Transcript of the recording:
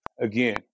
Again